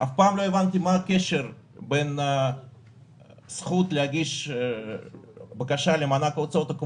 שנפגעו מעל 60% בהכנסה שלהם, זו הבקשה האישית שלי.